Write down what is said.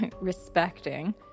Respecting